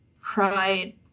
pride